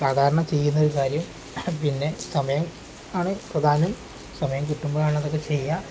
സാധാരണ ചെയ്യുന്ന ഒരു കാര്യം പിന്നെ സമയം ആണ് പ്രധാനം സമയം കിട്ടുമ്പോഴാണതൊക്കെ ചെയ്യുക